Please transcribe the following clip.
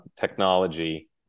technology